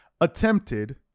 attempted